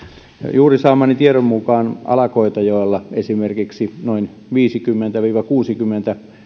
juuri saamani tiedon mukaan ala koitajoella esimerkiksi noin viisikymmentä viiva kuusikymmentä